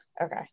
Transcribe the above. Okay